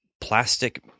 plastic